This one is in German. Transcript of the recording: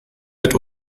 mit